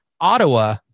Ottawa